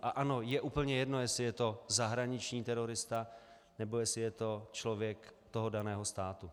A ano, je úplně jedno, jestli je to zahraniční terorista, nebo je to člověk toho daného státu.